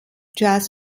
jazz